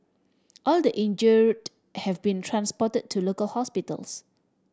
all the injured have been transported to local hospitals